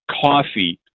coffee